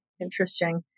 Interesting